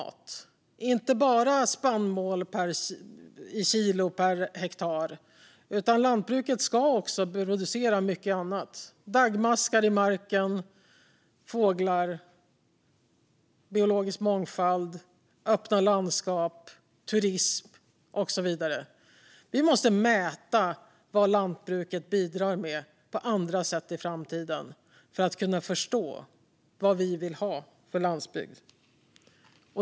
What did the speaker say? Det ska inte bara vara spannmål i kilo per hektar, utan det ska också bidra till mycket annat, till exempel daggmaskar i marken, fåglar, biologisk mångfald, öppna landskap och turism. I framtiden måste vi mäta vad lantbruket bidrar med på andra sätt för att kunna förstå vilket slags landsbygd vi vill ha.